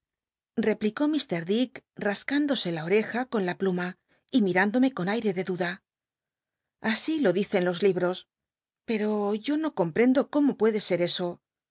eplicó m ditk rascündose la oreja con la pluma y minindomc con aire de duda así lo dicen los libros peto yo no comprendo cómo puede ser eso